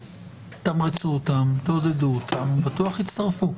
תתמרצו אותם, תעודדו אותם בטוח יצטרפו.